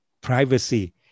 privacy